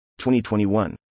2021